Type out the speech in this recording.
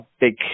big